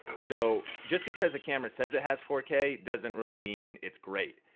so, just because the camera says it has four k doesn't really mean it's great.